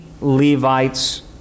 Levites